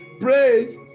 Praise